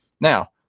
Now